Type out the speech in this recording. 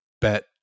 bet